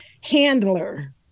handler